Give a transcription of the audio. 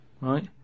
Right